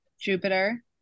Jupiter